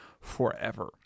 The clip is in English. forever